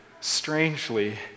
strangely